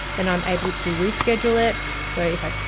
then i'm able to reschedule it. so if i,